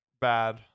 bad